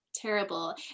Terrible